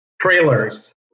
trailers